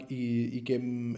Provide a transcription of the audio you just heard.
igennem